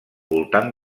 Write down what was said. voltant